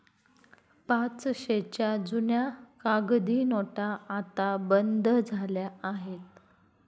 पाचशेच्या जुन्या कागदी नोटा आता बंद झाल्या आहेत